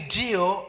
deal